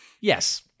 Yes